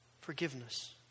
forgiveness